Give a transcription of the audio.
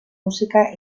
música